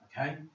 Okay